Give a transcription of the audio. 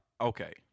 okay